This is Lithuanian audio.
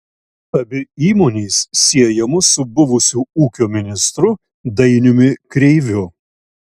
abi įmonės siejamos su buvusiu ūkio ministru dainiumi kreiviu